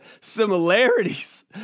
similarities